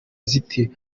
ziti